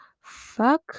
fuck